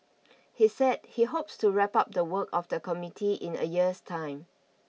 he said he hopes to wrap up the work of the committee in a year's time